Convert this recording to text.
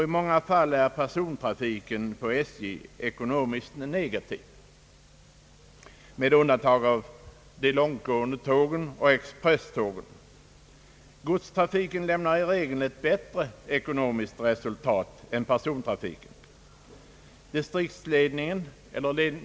I många fall går persontrafiken på SJ med ekonomiskt underskott med undantag för de långtgående tågen och expresstågen, Godstrafiken lämnar i regel ett bättre ekonomiskt resultat än persontrafiken.